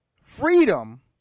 Freedom